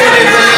השר קרא,